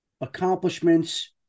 accomplishments